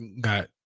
got